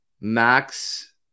Max